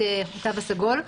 את התו הסגול,